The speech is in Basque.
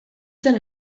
zen